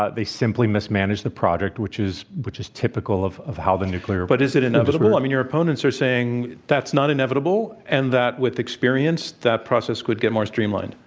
ah they simply mismanaged the project, which is which is typical of of how the nuclear but is it inevitable? i mean, your opponents are saying that's not inevitable, and that, with experience that process could get more streamlined.